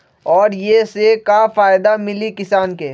और ये से का फायदा मिली किसान के?